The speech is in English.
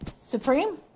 Supreme